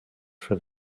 for